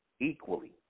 Equally